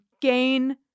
gain